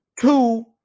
two